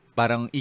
parang